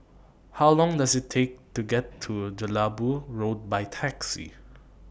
How Long Does IT Take to get to Jelebu Road By Taxi